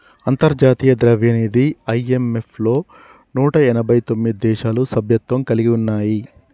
అంతర్జాతీయ ద్రవ్యనిధి ఐ.ఎం.ఎఫ్ లో నూట ఎనభై తొమ్మిది దేశాలు సభ్యత్వం కలిగి ఉన్నాయి